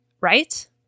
right